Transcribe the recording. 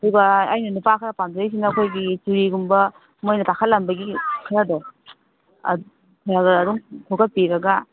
ꯑꯗꯨꯒ ꯑꯩꯅ ꯅꯨꯄꯥ ꯈꯔ ꯄꯥꯝꯖꯩꯁꯤꯅ ꯑꯩꯈꯣꯏꯒꯤ ꯆꯨꯔꯤꯒꯨꯝꯕ ꯃꯈꯣꯏꯅ ꯇꯥꯈꯠꯂꯝꯕꯒꯤ ꯈꯔꯗꯣ ꯈꯣꯝꯒꯠꯄꯤꯔꯒ